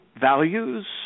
values